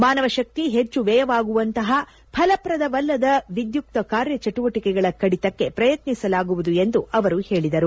ಮಾನವಶಕ್ತಿ ಹೆಚ್ಚು ವ್ಯಯವಾಗುವಂಥ ಫಲಪ್ರದವಲ್ಲದ ವಿದ್ಯುಕ್ತ ಕಾರ್ಯಚಟುವಟಿಕೆಗಳ ಕಡಿತಕ್ಕೆ ಪ್ರಯತ್ನಿಸಲಾಗುವುದು ಎಂದು ಅವರು ಹೇಳಿದರು